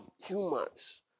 humans